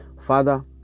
father